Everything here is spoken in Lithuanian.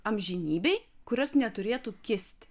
amžinybei kurios neturėtų kisti